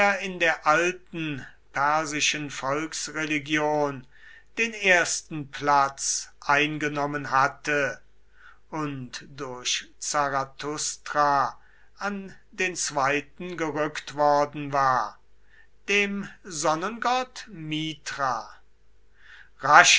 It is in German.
in der alten persischen volksreligion den ersten platz eingenommen hatte und durch zarathustra an den zweiten gerückt worden war dem sonnengott mithra rascher